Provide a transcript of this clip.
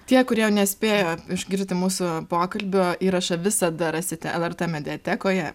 tie kurie nespėjo išgirti mūsų pokalbio įrašą visada rasite lrt mediatekoje